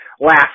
last